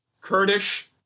Kurdish